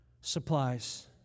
supplies